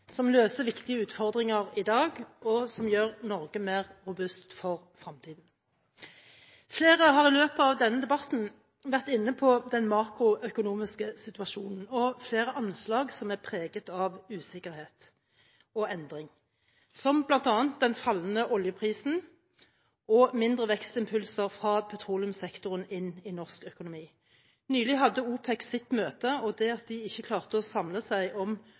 som løser viktige utfordringer i dag, og som gjør Norge mer robust for fremtiden. Flere har i løpet av denne debatten vært inne på den makroøkonomiske situasjonen og flere anslag som er preget av usikkerhet og endring, som bl.a. den fallende oljeprisen og mindre vekstimpulser fra petroleumssektoren inn i norsk økonomi. Nylig hadde OPEC sitt møte, og det at de ikke klarte å samle seg om